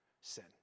sin